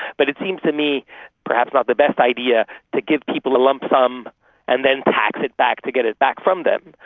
but it seems to me it's perhaps not the best idea to give people a lump sum and then tax it back to get it back from them.